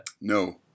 No